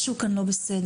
משהו כאן לא בסדר.